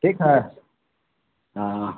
ठीक है हाँ